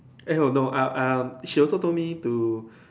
eh oh no ah um she also told me to